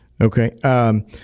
Okay